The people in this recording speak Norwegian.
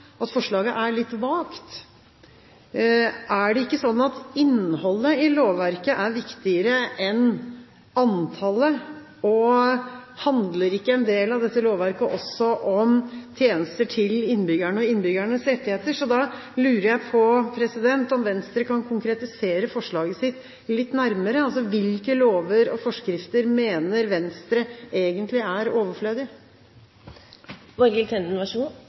at forslaget er litt vagt. Er det ikke slik at innholdet i lovverket er viktigere enn antallet, og handler ikke en del av dette lovverket også om tjenester til innbyggerne og innbyggernes rettigheter? Så jeg lurer på om Venstre kan konkretisere forslaget sitt litt nærmere: Hvilke lover og forskrifter mener Venstre egentlig er